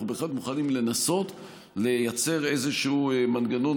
אנחנו בהחלט מוכנים לנסות לייצר איזשהו מנגנון,